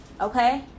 okay